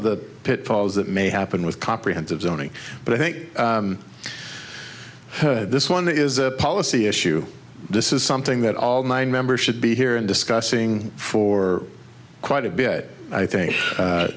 of the pitfalls that may happen with comprehensive zoning but i think this one is a policy issue this is something that all nine members should be here and discussing for quite a bit i think